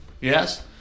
yes